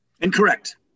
Incorrect